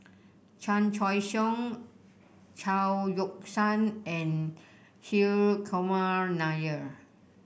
Chan Choy Siong Chao Yoke San and Hri Kumar Nair